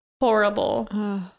horrible